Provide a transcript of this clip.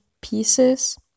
Pieces